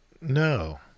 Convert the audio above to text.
No